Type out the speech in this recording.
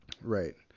Right